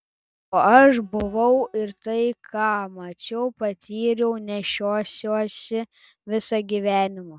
o aš buvau ir tai ką mačiau patyriau nešiosiuosi visą gyvenimą